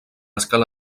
escala